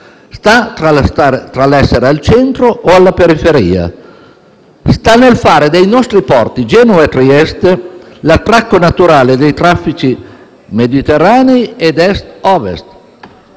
sta tra l'essere al centro o alla periferia. Sta nel fare degli altri porti, Genova e Trieste, l'attracco naturale dei traffici mediterranei e tra Est-Ovest.